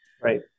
Right